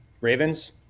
Ravens